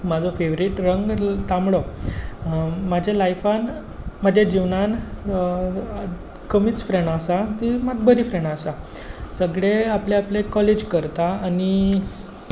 म्हजो फेवरेट रंग तांबडो म्हज्या लायफान म्हज्या जिवनान कमींच फ्रँडा आसा तीं मात बरी फ्रँडा आसा सगळे आपले आपले कॉलेज करता आनी